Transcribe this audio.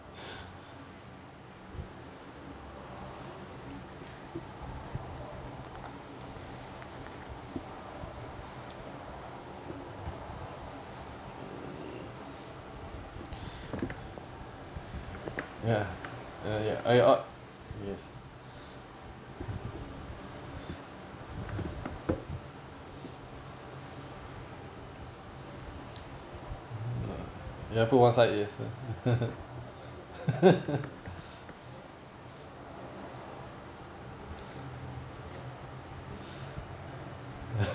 ya uh ya oh yes ya put one side yes